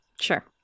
Sure